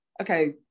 okay